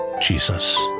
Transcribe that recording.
Jesus